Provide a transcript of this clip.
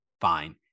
Fine